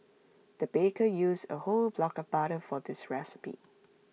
the baker used A whole block of butter for this recipe